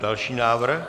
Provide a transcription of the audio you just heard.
Další návrh.